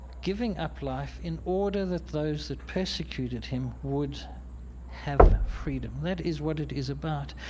giving up life in order that those that persecuted him would have freedom. that is what it is about.